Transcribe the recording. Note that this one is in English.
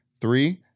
Three